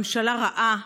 ממשלה רעה,